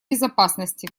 безопасности